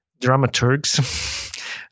dramaturgs